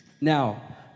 Now